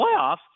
playoffs